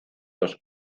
los